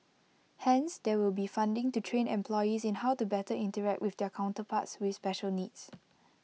hence there will be funding to train employees in how to better interact with their counterparts with special needs